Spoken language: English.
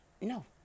No